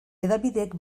hedabideek